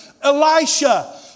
Elisha